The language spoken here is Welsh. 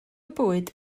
bwyd